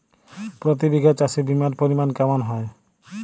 প্রতি বিঘা চাষে বিমার পরিমান কেমন হয়?